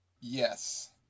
yes